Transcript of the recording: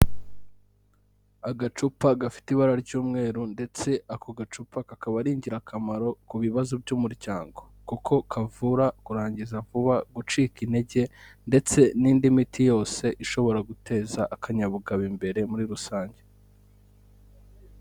Agacupa gafite ibara ry'umweru ndetse ako gacupa kakaba ari ingirakamaro ku bibazo by'umuryango kuko kavura kurangiza vuba, gucika intege ndetse n'indi miti yose ishobora guteza akanyabugabo imbere muri rusange.